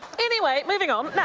anyway moving on